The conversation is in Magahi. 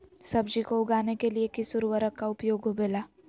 सब्जी को उगाने के लिए किस उर्वरक का उपयोग होबेला?